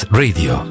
radio